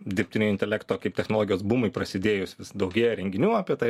dirbtinio intelekto kaip technologijos bumui prasidėjus vis daugėja renginių apie tai mane